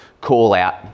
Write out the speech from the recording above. call-out